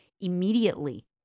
immediately